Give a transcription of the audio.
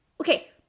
Okay